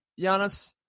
Giannis